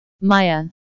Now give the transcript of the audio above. Maya